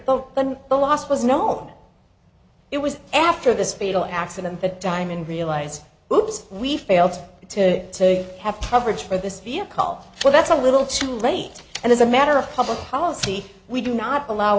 and the last was known it was after this fatal accident that diamond realized whoops we failed to have coverage for this vehicle so that's a little too late and as a matter of public policy we do not allow